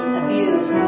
abused